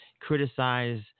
criticize